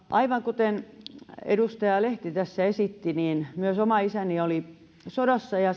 aivan kuten edustaja lehti tässä esitti niin myös oma isäni oli sodassa ja